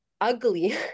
ugly